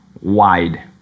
wide